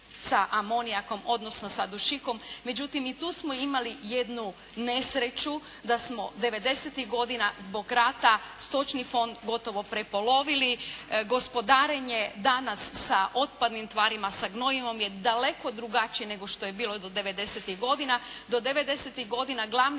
sa amonijakom, odnosno sa dušikom, međutim i tu smo imali jednu nesreću da smo devedesetih godina, zbog rata stočni fond gotovo prepolovili, gospodarenje danas sa otpadnim tvarima, sa gnojivom je daleko drugačije nego što je bilo do devedesetih godina. Do devedesetih godina, glavni